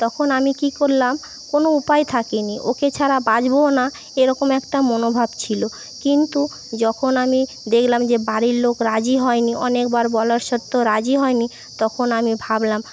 তখন আমি কি করলাম কোনো উপায় থাকেনি ওকে ছাড়া বাঁচবও না এরকম একটা মনোভাব ছিল কিন্তু যখন আমি দেখলাম যে বাড়ির লোক রাজি হয়নি অনেকবার বলার সত্ত্বেও রাজি হয়নি তখন আমি ভাবলাম